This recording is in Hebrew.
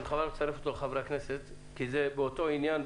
אני בכוונה מצרף אותו לחברי הכנסת כי זה באותו עניין,